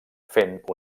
fent